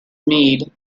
mead